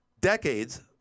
decades